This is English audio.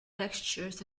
textures